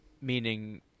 meaning